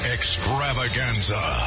Extravaganza